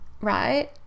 right